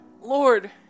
Lord